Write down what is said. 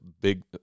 big